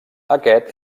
aquest